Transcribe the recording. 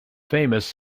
famous